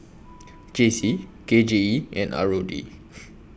J C K J E and R O D